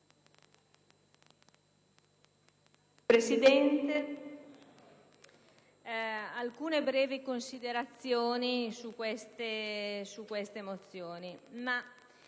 Presidente, svolgo alcune brevi considerazioni su queste mozioni.